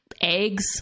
eggs